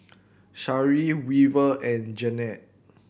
Shari Weaver and Janene